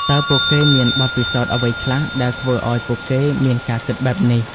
តើពួកគេមានបទពិសោធន៍អ្វីខ្លះដែលធ្វើឲ្យពួកគេមានការគិតបែបនេះ?